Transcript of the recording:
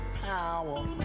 power